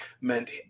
meant